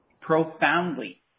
profoundly